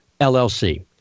LLC